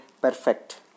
perfect